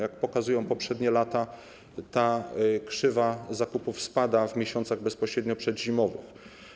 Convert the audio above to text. Jak pokazują poprzednie lata, ta krzywa zakupów spada w miesiącach bezpośrednio przedzimowych.